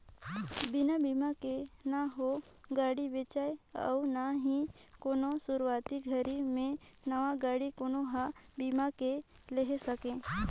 बिना बिमा के न हो गाड़ी बेचाय अउ ना ही कोनो सुरूवाती घरी मे नवा गाडी कोनो हर बीमा के लेहे सके